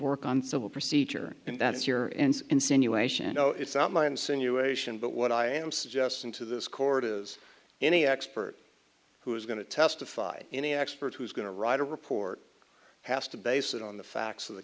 work on civil procedure and that is your insinuation no it's not my insinuation but what i am suggesting to this court is any expert who is going to testify any expert who is going to write a report has to base it on the facts of the